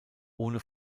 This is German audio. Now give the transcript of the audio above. ohne